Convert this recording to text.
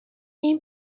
این